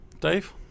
Dave